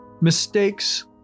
Mistakes